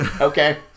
Okay